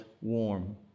warm